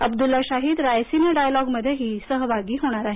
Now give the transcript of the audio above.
अब्दुल्ला शाहीद रायसीना डायलॉगमध्येही सहभागी होणार आहेत